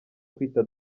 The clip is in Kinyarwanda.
kwita